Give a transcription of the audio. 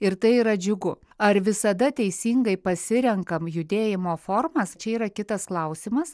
ir tai yra džiugu ar visada teisingai pasirenkam judėjimo formas čia yra kitas klausimas